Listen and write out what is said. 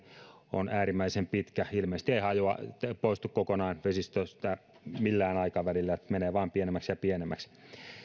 on äärimmäisen pitkä ilmeisesti se ei poistu kokonaan vesistöstä millään aikavälillä se menee vain pienemmäksi ja pienemmäksi